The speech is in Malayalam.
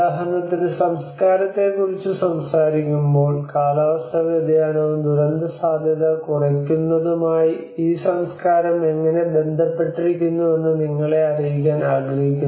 ഉദാഹരണത്തിന് സംസ്കാരത്തെക്കുറിച്ചും സംസാരിക്കുമ്പോൾ കാലാവസ്ഥാ വ്യതിയാനവും ദുരന്തസാധ്യത കുറയ്ക്കുന്നതുമായി ഈ സംസ്കാരം എങ്ങനെ ബന്ധപ്പെട്ടിരിക്കുന്നുവെന്ന് നിങ്ങളെ അറിയിക്കാൻ ആഗ്രഹിക്കുന്നു